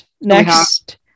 next